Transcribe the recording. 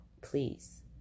Please